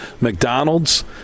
McDonald's